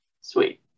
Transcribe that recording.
Sweet